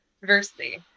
diversity